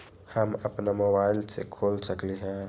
हम अपना मोबाइल से खोल सकली ह?